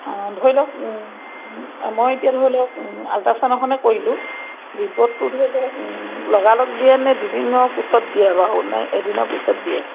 অঁ ধৰি লওক মই এতিয়া ধৰি লওক আল্ট্ৰাচাউণ্ড এখনে কৰিলোঁ ৰিপৰ্টটো ধৰি লওক লগালগ দিয়ে নে দুদিনৰ পিছত দিয়ে বাৰু নে এদিনৰ পিছত দিয়ে